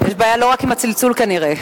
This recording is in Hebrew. יש בעיה לא רק עם הצלצול, כנראה.